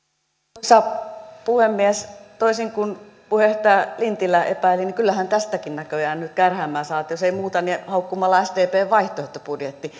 arvoisa puhemies toisin kuin puheenjohtaja lintilä epäili niin kyllähän tästäkin näköjään nyt kärhämää saatiin jos ei muuten niin haukkumalla sdpn vaihtoehtobudjetti